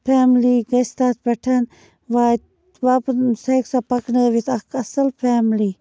family گَژھِ تَتھ پٮ۪ٹھ سۄ ہیٚکہِ سۄ پکنٲوِتھ اَکھ اصٕل فیملی